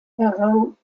errang